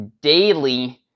daily